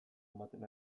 ematen